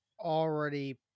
already